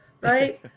right